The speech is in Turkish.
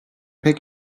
pek